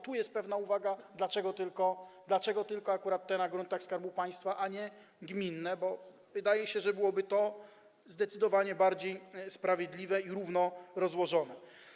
Tu jest pewna uwaga: dlaczego akurat są to tylko te na gruntach Skarbu Państwa, a nie gminne, bo wydaje się, że byłoby to zdecydowanie bardziej sprawiedliwe i równo rozłożone.